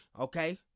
Okay